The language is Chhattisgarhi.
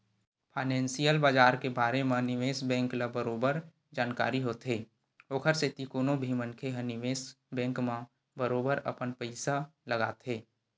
फानेंसियल बजार के बारे म निवेस बेंक ल बरोबर जानकारी होथे ओखर सेती कोनो भी मनखे ह निवेस बेंक म बरोबर अपन पइसा लगाथे